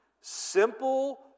simple